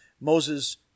Moses